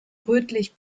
rötlich